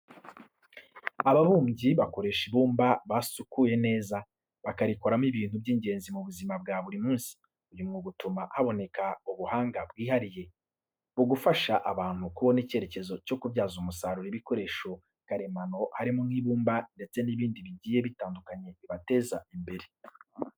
Ababumbyi bakoresha ibumba basukuye neza, bakarikoramo ibintu by'ingenzi mu buzima bwa buri munsi. Uyu mwuga utuma haboneka ubuhanga bwihariye, bugafasha abantu kubona icyerekezo cyo kubyaza umusaruro ibikoresho karemano harimo nk'ibumba ndetse n'ibindi bigiye bitandukanye bibateza imbere.